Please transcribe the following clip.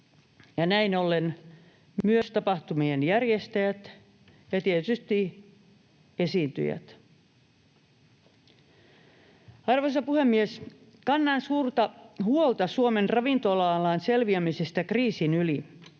näin ollen myös tapahtumien järjestäjät ja tietysti esiintyjät. Arvoisa puhemies! Kannan suurta huolta Suomen ravintola-alan selviämisestä kriisin yli.